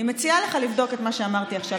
אני מציעה לך לבדוק את מה שאמרתי עכשיו,